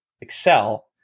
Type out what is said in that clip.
excel